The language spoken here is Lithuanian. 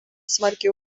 smarkiai